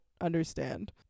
understand